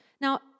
Now